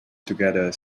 together